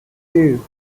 two